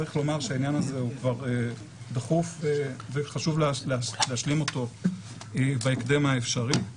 צריך לומר שהעניין הזה הוא כבר דחוף וחשוב להשלים אותו בהקדם האפשרי.